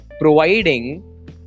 providing